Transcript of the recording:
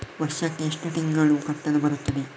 ವರ್ಷಕ್ಕೆ ಎಷ್ಟು ತಿಂಗಳು ಕಟ್ಟಲು ಬರುತ್ತದೆ?